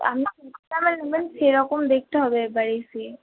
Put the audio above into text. আপনাকে নেবেন সেরকম দেখতে হবে একবার এসে